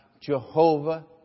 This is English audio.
Jehovah